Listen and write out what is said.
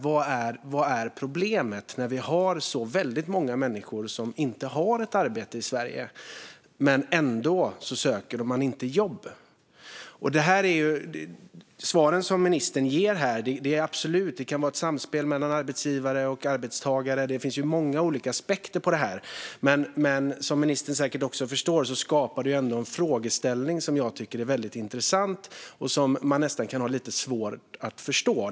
Vad är problemet när vi har så väldigt många människor i Sverige som inte har ett arbete men som ändå inte söker jobb? Det kan absolut vara ett samspel mellan arbetsgivare och arbetstagare, apropå ministerns svar här. Det finns ju många olika aspekter på detta, men som ministern säkert förstår skapar det en frågeställning som jag tycker är väldigt intressant och som man nästan kan ha lite svårt att förstå.